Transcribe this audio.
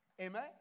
Amen